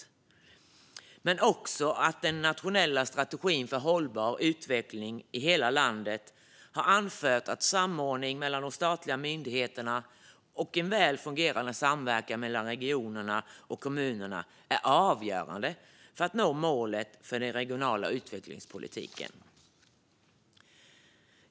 Regeringen har också i den nationella strategin för hållbar regional utveckling i hela landet anfört att samordning mellan de statliga myndigheterna och en väl fungerande samverkan mellan regionerna och kommunerna är avgörande för att nå målet för den regionala utvecklingspolitiken.